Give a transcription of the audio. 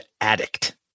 addict